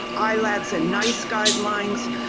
ah ilads and nice guidelines,